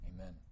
amen